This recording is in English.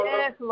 Yes